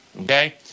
Okay